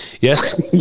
Yes